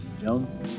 jones